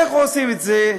איך עושים את זה?